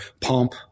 pomp